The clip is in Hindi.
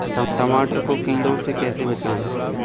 टमाटर को कीड़ों से कैसे बचाएँ?